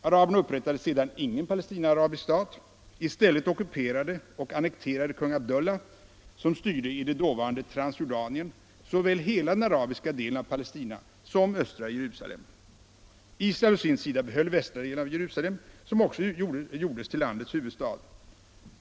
Araberna upprättade sedan ingen palestinaarabisk stat. I stället ockuperade och annekterade kung Abdullah, som styrde i det dåvarande Transjordanien, såväl hela den arabiska delen av Palestina som östra Jerusalem. Israel å sin sida behöll västra delen av Jerusalem, som också gjordes till landets huvudstad.